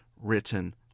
written